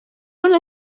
want